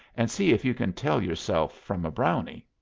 and see if you can tell yourself from a brownie.